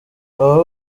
aba